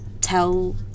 tell